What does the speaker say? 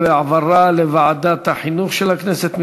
העברה לוועדת החינוך של הכנסת.